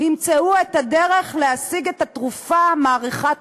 והם ימצאו את הדרך להשיג את התרופה מאריכת